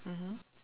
mmhmm